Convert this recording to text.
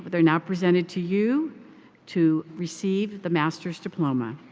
they're now presented to you to receive the master's diploma.